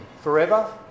Forever